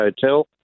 Hotel